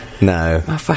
no